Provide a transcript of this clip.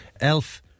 Elf